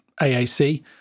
AAC